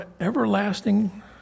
everlasting